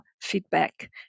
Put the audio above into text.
feedback